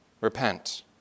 Repent